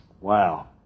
Wow